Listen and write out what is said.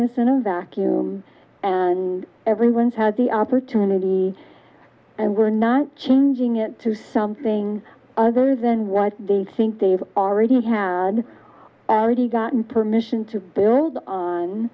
this in a vacuum and everyone's had the opportunity and we're not changing it to something other than what they think they've already had already gotten permission to build on